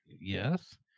Yes